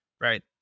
right